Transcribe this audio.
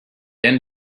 end